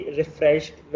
refreshed